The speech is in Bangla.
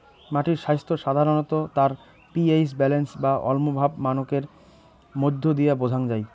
মাটির স্বাইস্থ্য সাধারণত তার পি.এইচ ব্যালেন্স বা অম্লভাব মানকের মইধ্য দিয়া বোঝাং যাই